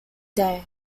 day